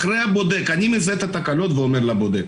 אני אחרי הבודק, אני מזהה את התקלות ואומר לבודק.